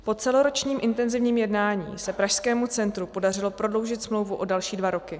Po celoročním intenzivním jednání se Pražskému centru podařilo prodloužit smlouvu o další dva roky.